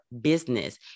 business